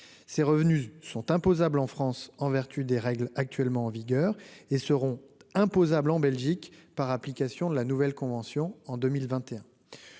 ses revenus sont imposables en France en vertu des règles actuellement en vigueur et seront imposables en Belgique, par application de la nouvelle convention en 2021,